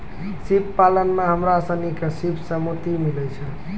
सिप पालन में हमरा सिनी के सिप सें मोती मिलय छै